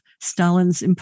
Stalin's